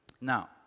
Now